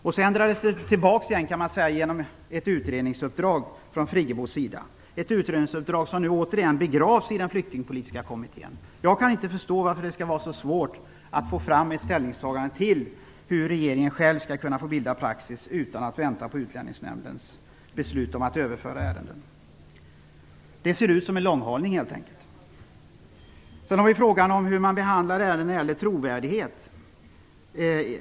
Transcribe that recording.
Därefter ändrades det tillbaka igen, kan man säga, genom ett utredningsuppdrag från Friggebos sida, ett utredningsuppdrag som nu begravs i den Flyktingpolitiska kommittén. Jag kan inte förstå varför det skall vara så svårt att få fram ett ställningstagande till hur regeringen på eget initiativ skall få kunna bilda praxis utan att vänta på Utlänningsnämndens beslut om att överlämna ärenden. Det ser ut som en långhalning, helt enkelt. Sedan har vi frågan om hur man behandlar ärenden när det gäller hänvisning till trovärdighet.